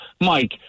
Mike